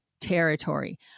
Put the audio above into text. territory